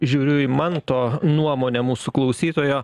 žiūriu į manto nuomonę mūsų klausytojo